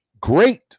great